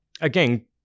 Again